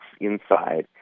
inside